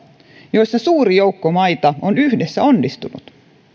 joissa suuri joukko maita on yhdessä onnistunut